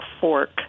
fork